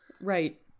Right